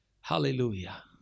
Hallelujah